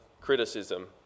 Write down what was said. criticism